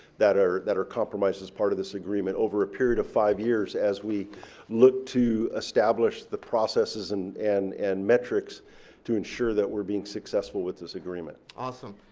that are that are compromised as part of this agreement. over a period of five years, as we look to establish the processes and and and metrics to ensure that we're being successful with this agreement. awesome.